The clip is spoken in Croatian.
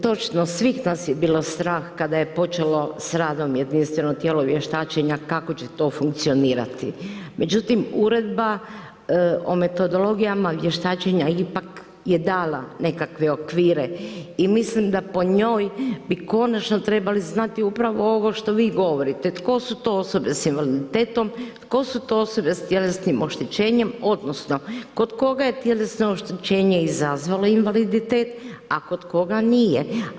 Točno, svih nas je bilo strah kada je počelo s radom jedinstveno tijelo vještačenja kako će to funkcionirati, međutim uredba o metodologijama vještačenja je ipak dala nekakve okvire i mislim da po njoj bi konačno trebali znati upravo ovo što vi govorite, tko su to osobe s invaliditetom, tko su to osobe s tjelesnim oštećenjem odnosno kod koga je tjelesno oštećenje izazvalo invaliditet, a kod koga nije.